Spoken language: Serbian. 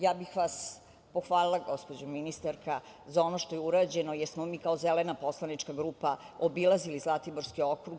Ja bih vas pohvalila, gospođo ministarka, za ono što je urađeno, jer smo mi kao Zelena poslanička grupa obilazili Zlatiborski okrug.